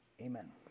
Amen